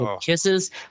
kisses